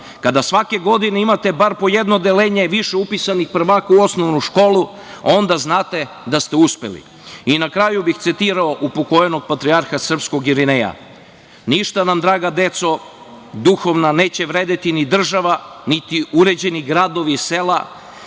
Kada svake godine imate bar po jedno odeljenje više upisanih prvaka u osnovnu školu, onda znate da ste upisani. Na kraju bih citirao pokojnog patrijarha srpskog Irineja – ništa nam draga deco duhovno neće vredeti ni država, niti uređeni gradovi i sela,